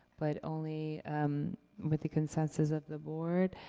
but only with the consensus of the board.